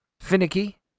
finicky